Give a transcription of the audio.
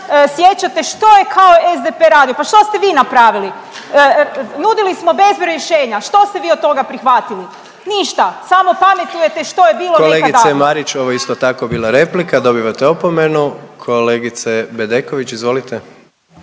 sjećate što je kao SDP radio, pa što ste vi napravili? Nudili smo bezbroj rješenja. Što ste vi od toga prihvatili? Ništa, samo pametujete što je bilo nekad davno. **Jandroković, Gordan (HDZ)** Kolegice Marić ovo je isto tako bila replika, dobivate opomenu. Kolegice Bedeković, izvolite.